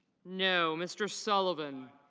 no. mr. sullivan